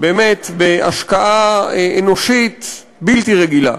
באמת בהשקעה אנושית בלתי רגילה,